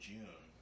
June